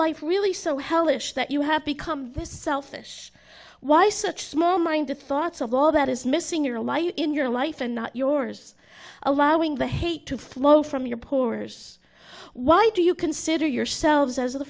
life really so hellish that you have become this selfish why such small minded thoughts of all that is missing your life in your life and not yours allowing the hate to flow from your pores why do you consider yourselves